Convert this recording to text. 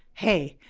hey,